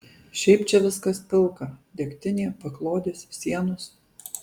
šiaip čia viskas pilka degtinė paklodės sienos